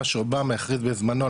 מה שאובמה הכריז בזמנו,